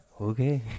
Okay